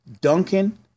Duncan